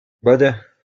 vaya